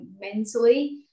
mentally